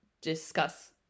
discuss